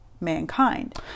mankind